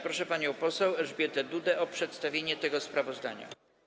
Proszę panią poseł Elżbietę Dudę o przedstawienie tego sprawozdania.